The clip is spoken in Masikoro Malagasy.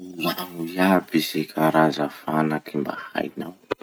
Volagno iaby ze karaza fanaky mba hainao.